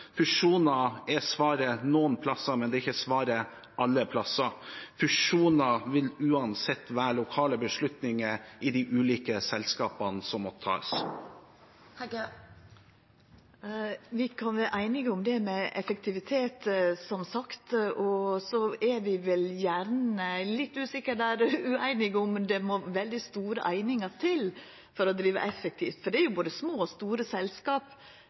er svaret noen steder, men det er ikke svaret alle steder. Fusjoner vil uansett være lokale beslutninger, som må tas i de ulike selskapene. Vi kan vera einige om det med effektivitet, som sagt. Så er vi vel gjerne – eg er litt usikker der – ueinige om det må veldig store einingar til for å driva effektivt, for det er jo både små og store selskap